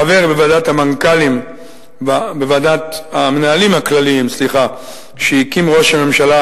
החבר בוועדת המנהלים הכלליים שהקים ראש הממשלה